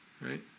right